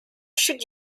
should